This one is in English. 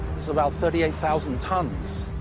it's about thirty eight thousand tons.